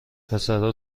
پسرا